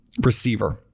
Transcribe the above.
Receiver